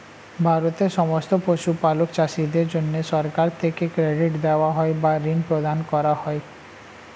ভারতের সমস্ত পশুপালক চাষীদের জন্যে সরকার থেকে ক্রেডিট দেওয়া হয় বা ঋণ প্রদান করা হয়